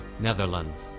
Netherlands